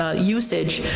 ah usage,